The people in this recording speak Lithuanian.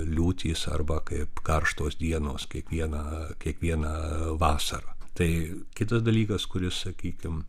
liūtys arba kaip karštos dienos kiekvieną kiekvieną vasarą tai kitas dalykas kuris sakykim